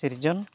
ᱥᱤᱨᱡᱚᱱ